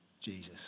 Jesus